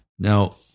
Now